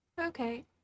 okay